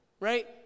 right